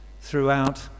throughout